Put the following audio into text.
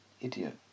Idiot